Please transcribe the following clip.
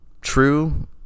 true